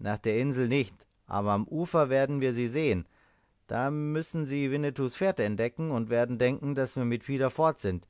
nach der insel nicht aber am ufer werden wir sie sehen da müssen sie winnetous fährte entdecken und werden denken daß wir mit pida fort sind